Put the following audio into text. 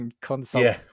console